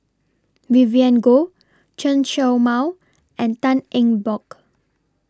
Vivien Goh Chen Show Mao and Tan Eng Bock